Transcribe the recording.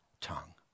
tongue